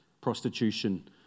Prostitution